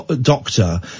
doctor